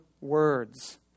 words